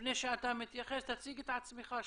לפני שאתה מתייחס תציג את עצמך,